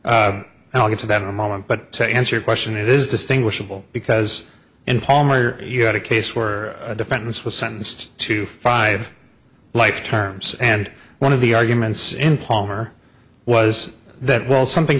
and i'll get to that in a moment but to answer your question it is distinguishable because in palmer you had a case where defendants were sentenced to five life terms and one of the arguments in palmer was that well something